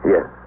Yes